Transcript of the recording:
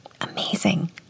Amazing